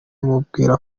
bamubwira